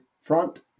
front